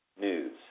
news